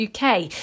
UK